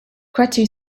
cretu